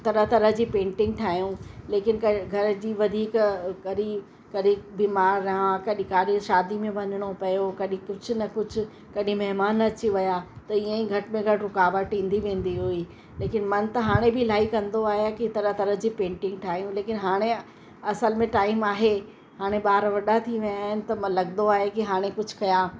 तरह तरह जी पेंटिंग ठाहियूं लेकिन क घर जी वधीक कॾहिं कॾहिं बीमार आहे कॾहिं काॾे शादी में वञिणो पियो कॾहिं कुझु न कुझु कॾहिं महिमान अची विया त ईअं ई घटि में घटि रुकावट ईंदी वेंदी हुई लेकिन मन त हाणे बि इलाही कंदो आहे की तरह तरह जी पेंटिंग ठाहियूं लेकिन हाणे असुल में टाइम आहे हाणे ॿार वॾा थी विया आहिनि त लॻंदो आहे की हाणे कुझु कयां